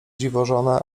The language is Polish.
dziwożonę